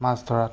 মাছ ধৰাত